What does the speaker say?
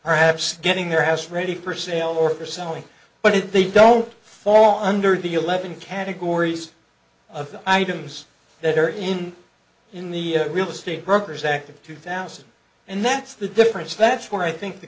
perhaps getting their house ready for sale or selling but if they don't fall under the eleven categories of items that are in in the real estate brokers act of two thousand and that's the difference that's where i think the